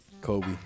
Kobe